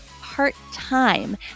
part-time